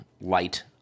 light